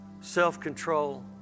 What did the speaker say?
self-control